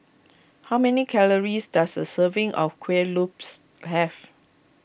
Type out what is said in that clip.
how many calories does a serving of Kueh Lopes have